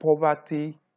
poverty